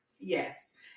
Yes